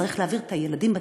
צריך להעביר את הילדים בתי-ספר,